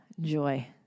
joy